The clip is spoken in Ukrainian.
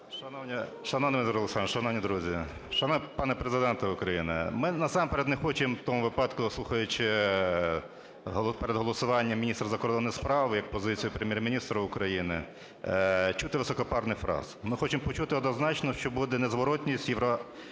Олександрович, шановні друзі, шановний пане Президент України! Ми насамперед не хочемо в тому випадку, слухаючи перед голосуванням міністра закордонних справ і позицію Прем’єр-міністра України, чути високопарних фраз. Ми хочемо почути однозначно, що буде незворотність